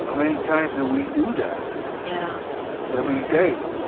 many times do we do that yeah every day?